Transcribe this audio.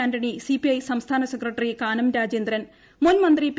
Antony CPI സംസ്ഥാന secretary Kanam Rajendran മുൻമന്ത്രി P